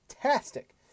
fantastic